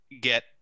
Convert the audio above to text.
get